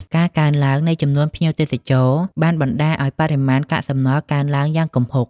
ការកើនឡើងនៃចំនួនភ្ញៀវទេសចរបានបណ្តាលឱ្យបរិមាណកាកសំណល់កើនឡើងយ៉ាងគំហុក។